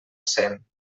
cent